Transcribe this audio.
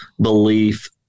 belief